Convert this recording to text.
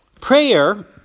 Prayer